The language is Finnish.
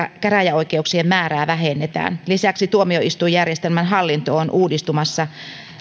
käräjäoikeuksien määrää vähennetään lisäksi tuomioistuinjärjestelmän hallinto on uudistumassa